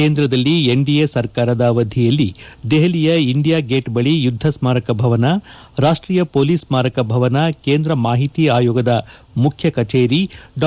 ಕೇಂದ್ರದಲ್ಲಿ ಎನ್ಡಿಎ ಸರ್ಕಾರದ ಅವಧಿಯಲ್ಲಿ ದೆಹಲಿಯ ಇಂಡಿಯಾ ಗೇಟ್ ಬಳಿ ಯುದ್ಧ ಸ್ಮಾರಕ ಭವನ ರಾಷ್ಟೀಯ ಪೊಲೀಸ್ ಸ್ಮಾರಕ ಭವನ ಕೇಂದ್ರ ಮಾಹಿತಿ ಆಯೋಗದ ಮುಖ್ಯ ಕಚೇರಿ ಡಾ